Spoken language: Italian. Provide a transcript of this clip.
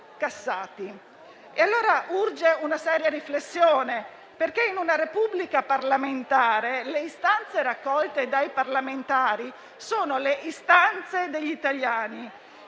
Urge dunque una seria riflessione, perché in una Repubblica parlamentare le istanze raccolte dai parlamentari sono quelle degli italiani,